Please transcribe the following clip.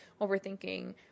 overthinking